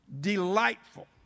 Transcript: delightful